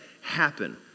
happen